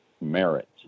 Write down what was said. merit